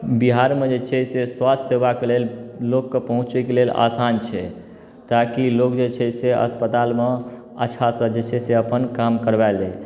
बिहारमे जे छै से स्वास्थ्य सेवाके लेल लोकके पहुँचैके लेल आसान छै आदमीके आसान छै ताकि लोक जे छै से अस्पतालमे अच्छा सँ जे छै से अपन काम करबा लै